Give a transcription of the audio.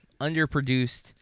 underproduced